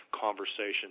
conversation